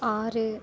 ஆறு